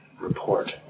report